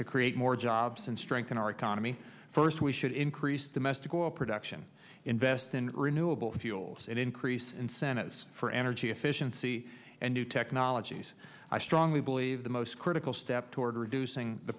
to create more jobs and strengthen our economy first we should increase domestic oil production invest in renewable fuels and increase incentives for energy efficiency and new technologies i strongly believe the most critical step toward reducing the